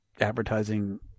advertising